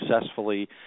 successfully